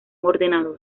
ordenador